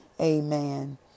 Amen